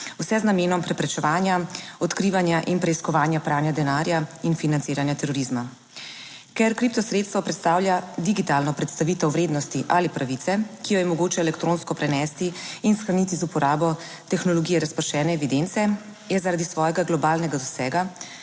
vse z namenom preprečevanja, odkrivanja in preiskovanja pranja denarja in financiranja terorizma. Ker kriptosredstvo predstavlja digitalno predstavitev vrednosti ali pravice, ki jo je mogoče elektronsko prenesti in shraniti z uporabo tehnologije razpršene evidence, je zaradi svojega globalnega dosega,